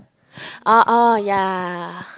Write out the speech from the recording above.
orh orh ya